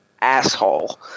asshole